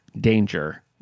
danger